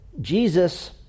Jesus